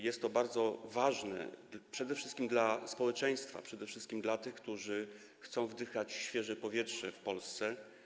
Jest to bardzo ważne przede wszystkim dla społeczeństwa, przede wszystkim dla tych, którzy chcą wdychać świeże powietrze w Polsce.